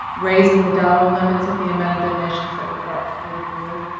raising the dollar limits of the amount of donations that were brought before the board.